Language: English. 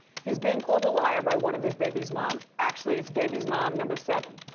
he's been called a liar by one of his baby's mom, actually it's baby's mom number seven.